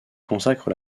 consacre